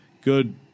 good